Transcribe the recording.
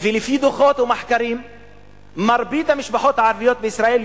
ולפי דוחות ומחקרים מרבית המשפחות הערביות בישראל,